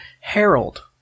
Harold